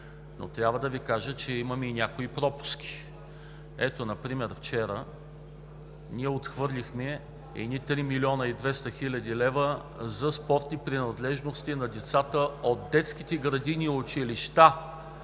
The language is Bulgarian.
Но трябва да Ви кажа, че имаме и някои пропуски. Ето например вчера отхвърлихме едни 3 млн. 200 хил. лв. за спортни принадлежности за децата от детските градини и училищата.